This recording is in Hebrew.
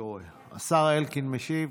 השר אלקין משיב.